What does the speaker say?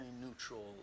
neutral